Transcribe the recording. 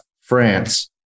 France